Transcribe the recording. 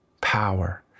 power